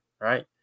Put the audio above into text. right